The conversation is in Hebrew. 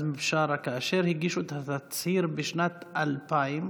אז עם בשארה, כאשר הגישו את התצהיר בשנת 2000,